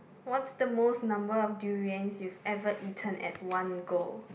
what's the most number of durians you have ever eaten at one go